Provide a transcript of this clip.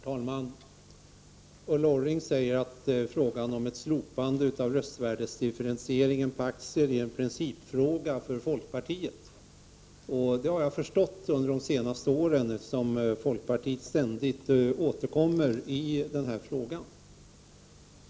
Herr talman! Ulla Orring säger att frågan om ett slopande av röstvärdesdifferentieringen på aktier är en principfråga för folkpartiet. Jag har förstått det under de senaste åren, eftersom folkpartiet ständigt återkommer i den frågan.